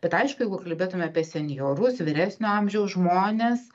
bet aišku jeigu kalbėtume apie senjorus vyresnio amžiaus žmones